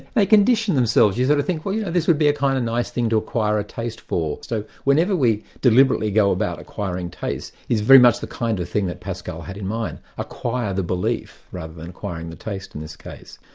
they condition themselves, you sort of think, well you know, this would be a kind of nice thing to acquire a taste for. so whenever we deliberately go about acquiring tastes, is very much the kind of thing that pascal had in mind acquire the belief, rather than acquiring the taste, in this case.